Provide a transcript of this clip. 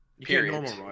Period